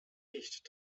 nicht